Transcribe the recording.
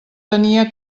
tenia